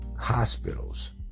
hospitals